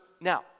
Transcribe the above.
Now